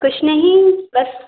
कुछ नहीं बस